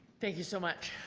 thank you so much.